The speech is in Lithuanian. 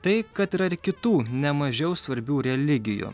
tai kad yra ir kitų nemažiau svarbių religijų